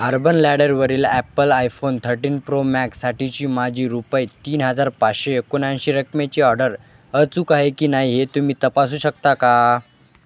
urban लॅडरवरील Apple iPhone thirteen pro मॅक्ससाठीची माझी रुपये तीन हजार पाचशे एकोणऐंशी रकमेची ऑर्डर अचूक आहे की नाही हे तुम्ही तपासू शकता का